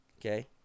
Okay